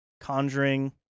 Conjuring